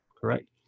correct